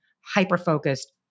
hyper-focused